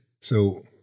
So-